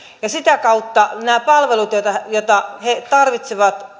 ja sitä kautta nämä palvelut joita he tarvitsevat